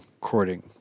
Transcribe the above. courting